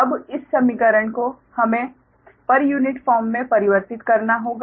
अब इस समीकरण को हमें पर यूनिट फॉर्म में परिवर्तित करना होगा